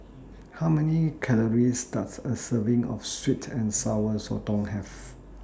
How Many Calories Does A Serving of Sweet and Sour Sotong Have